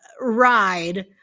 ride